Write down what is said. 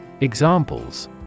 Examples